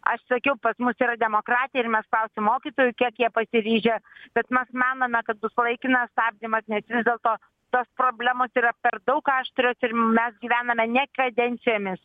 aš sakiau pas mus yra demokratija ir mes klausim mokytojų kiek jie pasiryžę bet mes manome kad bus laikinas stabdymas nes vis dėlto tos problemos yra per daug aštrios ir mes gyvename ne kadencijomis